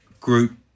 Group